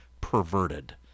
perverted